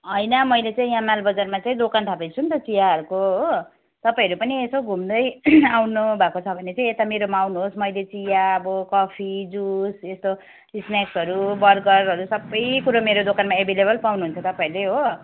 होइन मैले चाहिँ यहाँ मालबजारमा चाहिँ दोकान थोपेको छु नि त चियाहरूको हो तपाईँहरू पनि यसो घुम्दै आउनु भएको छ भने चाहिँ यता मेरोमा आउनुहोस् मैले चिया अब कफी जुस यस्तो स्नाक्सहरू बर्गरहरू सबै कुरो मेरो दोकानमा एभाइलेबल पाउनुहुन्छ तपाईँहरूले हो